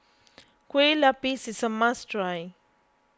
Kueh Lupis is a must try